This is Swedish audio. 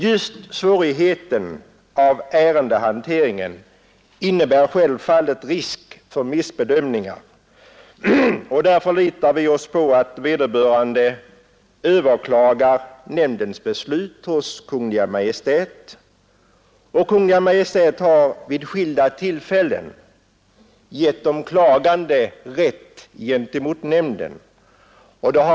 Just svårigheten av ärendehanteringen innebär självfallet risk för missbedömningar. Där förlitar vi oss på att vederbörande överklagar nämndens beslut hos Kungl. Maj:t, som vid skilda tillfällen givit de klagande rätt gentemot nämnden.